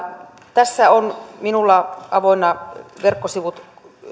tässä on minulla avoinna